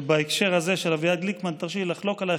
ובהקשר הזה של אביעד גליקמן תרשי לי לחלוק עלייך,